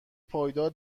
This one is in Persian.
پایدار